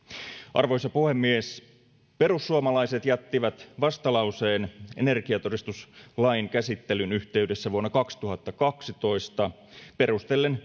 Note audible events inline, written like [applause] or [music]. arvoisa puhemies perussuomalaiset jättivät vastalauseen energiatodistuslain käsittelyn yhteydessä vuonna kaksituhattakaksitoista perustellen [unintelligible]